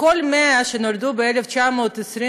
מכל ה-100 שנולדו ב-1921,